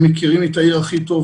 הם מכירים את העיר הכי טוב,